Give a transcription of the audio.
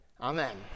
amen